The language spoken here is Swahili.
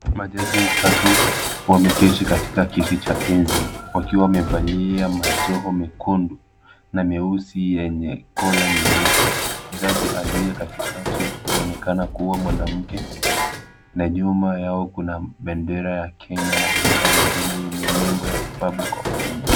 Majaji watatu, wameketi katika kiti cha enzi. Wakiwa wamevalia majoho mekundu, na meusi yenye kola nyeupe. Jaji aliye katikati anaonekana kuwa mwanamke, na nyuma yao kuna bendera ya Kenya na bendera nyingine yenye nembo ya Republic of Kenya.